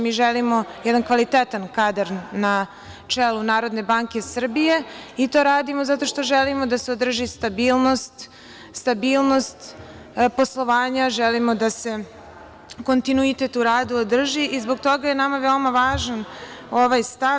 Mi želimo jedan kvalitetan kadar na čelu NBS i to radimo zato što želimo da se održi stabilnost, stabilnost poslovanja, želimo da se kontinuitet u radu održi i zbog toga je nama veoma važan ovaj stav.